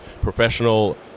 professional